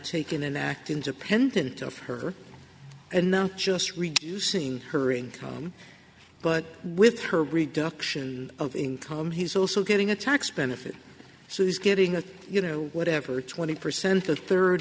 taken an act independent of her and not just reducing her income but with her reduction of income he's also getting a tax benefit so he's getting a you know whatever twenty percent a third